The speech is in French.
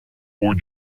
aux